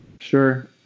sure